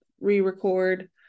re-record